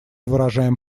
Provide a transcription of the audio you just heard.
выражаем